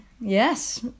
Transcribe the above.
Yes